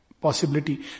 possibility